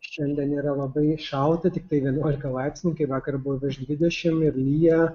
šiandien yra labai šalta tiktai vienuolika laipsnių kai vakar buvo virš dvidešim ir lyja